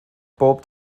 bob